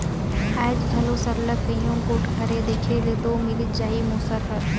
आएज घलो सरलग कइयो गोट घरे देखे ले दो मिलिच जाही मूसर हर